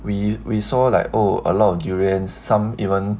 we we saw like oh a lot of durian some even